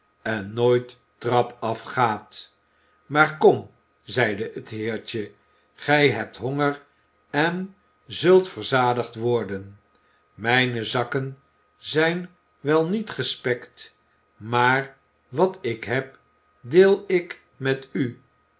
en nooit trap af gaat maar kom zeide het heertje gij hebt honger en zult verzadigd worden mijne zakken zijn wel niet gespekt maar wat ik heb deel ik met u